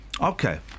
Okay